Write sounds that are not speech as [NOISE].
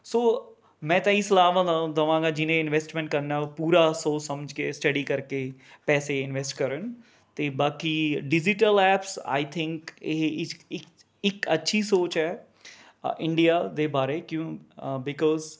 ਸੌ ਮੈਂ ਤਾਂ ਇਹੀ ਸਲਾਹ [UNINTELLIGIBLE] ਦੇਵਾਂਗਾ ਜਿਹਨੇ ਇਨਵੈਸਟਮੈਂਟ ਕਰਨਾ ਉਹ ਪੂਰਾ ਸੋਚ ਸਮਝ ਕੇ ਸਟੱਡੀ ਕਰਕੇ ਪੈਸੇ ਇਨਵੈਸਟ ਕਰਨ ਅਤੇ ਬਾਕੀ ਡਿਜ਼ੀਟਲ ਐਪਸ ਆਈ ਥਿੰਕ ਇਹ ਇਸ ਇੱਕ ਇੱਕ ਅੱਛੀ ਸੋਚ ਹੈ ਅ ਇੰਡੀਆ ਦੇ ਬਾਰੇ ਕਿਉਂ ਬਿਕੋਸ